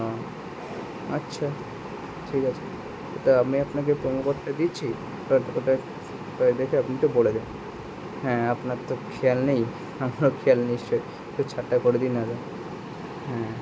ও আচ্ছা ঠিক আছে তা আমি আপনাকে প্রোমো কোডটা দিচ্ছি ওটা ওটা দেখে আপনি একটু বলে দেন হ্যাঁ আপনার তো খেয়াল নেই আপনার খেয়াল নেই নিশ্চয়ই তো ছাড়টা করে দিন না দাদা হ্যাঁ